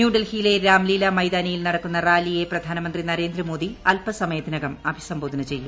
ന്യൂഡെൽഹിയിലെ രാംലീല മൈര്ത്മ്നിയിൽ നടക്കുന്ന റാലിയെ പ്രധാനമന്ത്രി നരേന്ദ്രമോദീപ്പ് അല്പകസമയത്തിനകം അഭിസംബോധന ചെയ്യും